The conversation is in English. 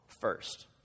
first